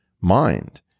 mind